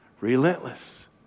relentless